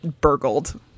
burgled